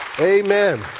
Amen